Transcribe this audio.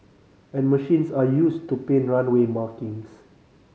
and machines are used to paint runway markings